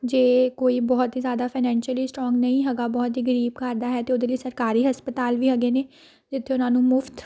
ਜੇ ਕੋਈ ਬਹੁਤ ਹੀ ਜ਼ਿਆਦਾ ਫਾਨੈਂਸ਼ੀਅਲੀ ਸਟਰੋਂਗ ਨਹੀਂ ਹੈਗਾ ਬਹੁਤ ਹੀ ਗਰੀਬ ਘਰ ਦਾ ਹੈ ਉਹਦੇ ਲਈ ਸਰਕਾਰੀ ਹਸਪਤਾਲ ਵੀ ਹੈਗੇ ਨੇ ਜਿੱਥੇ ਉਹਨਾਂ ਨੂੰ ਮੁਫਤ